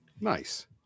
Nice